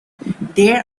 there